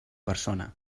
persona